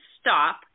stop